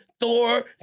Thor